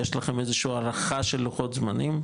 יש לכם איזושהי הערכה של לוחות זמנים?